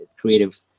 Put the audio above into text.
creative